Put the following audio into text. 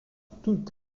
toutes